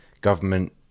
government